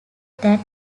that